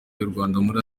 rwandamura